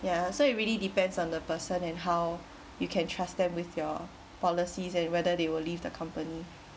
yeah so it really depends on the person and how you can trust them with your policies and whether they will leave the company